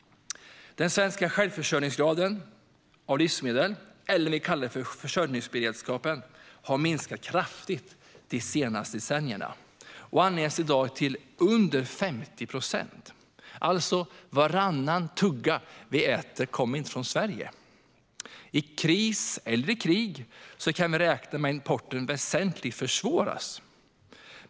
Den svenska självförsörjningsgraden av livsmedel, eller försörjningsberedskapen, har minskat kraftigt de senaste decennierna och anges i dag till under 50 procent, alltså kommer varannan tugga vi äter inte från Sverige. I kris eller krig kan vi räkna med att importen väsentligt försvåras.